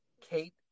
Kate